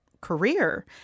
career